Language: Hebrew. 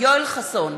יואל חסון,